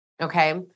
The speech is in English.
Okay